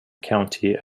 county